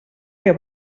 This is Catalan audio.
que